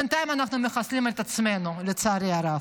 בינתיים אנחנו מחסלים את עצמנו, לצערי הרב.